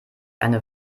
eine